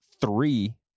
three